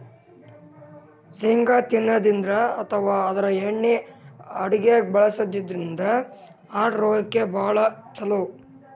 ಶೇಂಗಾ ತಿನ್ನದ್ರಿನ್ದ ಅಥವಾ ಆದ್ರ ಎಣ್ಣಿ ಅಡಗ್ಯಾಗ್ ಬಳಸದ್ರಿನ್ದ ಹಾರ್ಟ್ ರೋಗಕ್ಕ್ ಭಾಳ್ ಛಲೋ